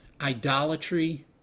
idolatry